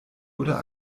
oder